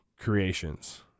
creations